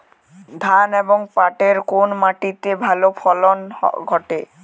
ধান এবং পাটের কোন মাটি তে ভালো ফলন ঘটে?